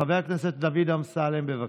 חבר הכנסת דוד אמסלם, בבקשה.